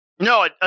No